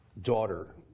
daughter